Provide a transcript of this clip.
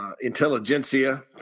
Intelligentsia